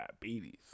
diabetes